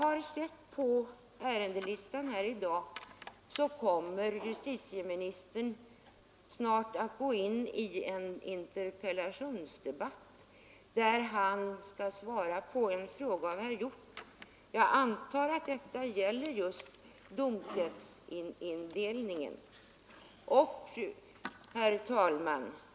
På talarlisten ser jag att justitieministern snart kommer att svara på en interpellation av herr Hjorth, och jag antar att den debatten kommer att gälla just domkretsindelningen. Herr talman!